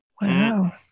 Wow